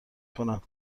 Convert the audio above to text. کنم